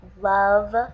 love